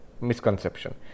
misconception